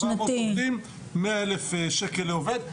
מאה אלף שקל לעובד.